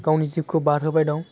गावनि जिउखौ बारहोबाय दं